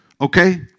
Okay